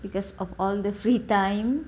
because of all the free time